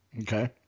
Okay